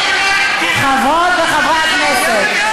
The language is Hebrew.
חברות וחברי הכנסת,